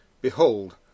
behold